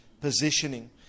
positioning